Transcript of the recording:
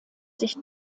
sich